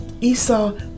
Esau